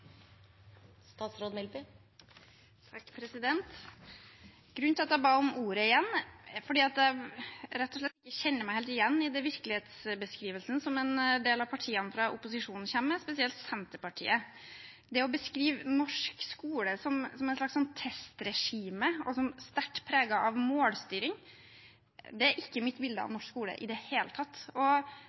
at jeg rett og slett ikke kjenner meg helt igjen i den virkelighetsbeskrivelsen som en del av partiene fra opposisjonen kommer med, spesielt Senterpartiet. Det å beskrive norsk skole som et slags testregime og som sterkt preget av målstyring – det er ikke mitt bilde av norsk skole i det hele tatt.